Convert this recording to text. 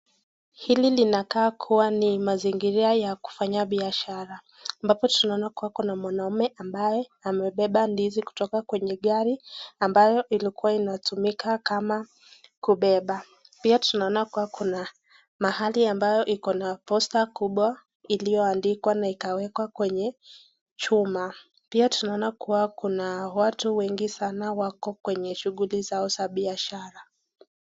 Hili linakaa kuwa ni mazingira ya kufanya biashara, ambapo tunaona kuwa kuna mwanaume ambaye amebeba ndizi kutoka kwenye gari ambayo ilikuwa inatumika kama kubeba. Pia tunaona kuwa kuna mahali ambayo iko na posta kubwa iliyo andikwa na ikawekwa kwenye chuma. pia tunaona kuwa kuna watu wengi sana wako kwenye shughuli zao za biashara.